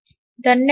ಧನ್ಯವಾದಗಳು